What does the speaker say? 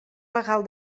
legal